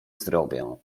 zrobię